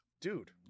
dude